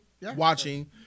watching